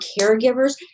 caregivers